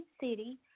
city